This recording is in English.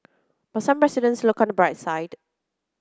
but some residents look on the bright side